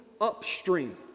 upstream